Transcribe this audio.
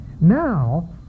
Now